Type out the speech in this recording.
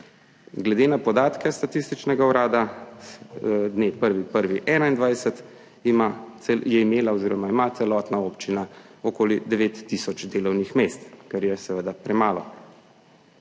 Glede na podatke Statističnega urada z dne 1. 1. 2021 je imela oziroma ima celotna občina okoli devet tisoč delovnih mest, kar je seveda premalo.